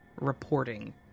reporting